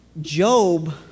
Job